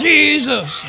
Jesus